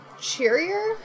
cheerier